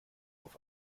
auf